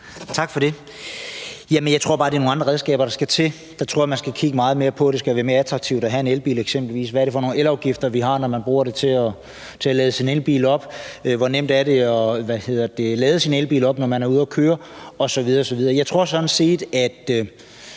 (DF): Jeg tror bare, det er nogle andre redskaber, der skal til. Jeg tror, man skal kigge meget mere på, at det skal være mere attraktivt at have en elbil. Hvad er det f.eks. for nogle elafgifter, vi har, når man bruger det til at lade sin elbil op? Hvor nemt er det at lade sin elbil op, når man er ude og køre osv. osv.? Jeg tror sådan set, at